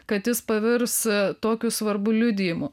kad jis pavirs tokiu svarbiu liudijimu